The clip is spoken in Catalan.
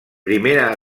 primera